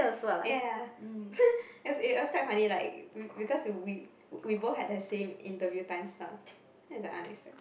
ya as it it was quite funny like because we we both had the same interview time slot then it's like unexpected